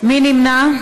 מי נמנע?